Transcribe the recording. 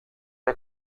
dai